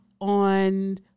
on